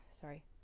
sorry